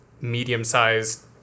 medium-sized